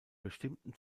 bestimmten